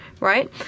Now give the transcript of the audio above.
right